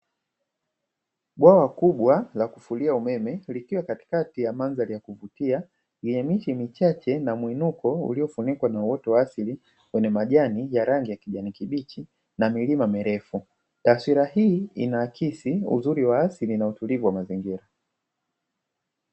Bwawa kubwa la kufulia umeme likiwa katikati ya mandhari ya kuvutia, yenye miti michache na muiniko uliofunikwa na uoto wa asili kwenye majani ya rangi ya kijani kibichi na milima mirefu. Taswira hii inaakisi uzuri wa asili na utulivu wa mazingira.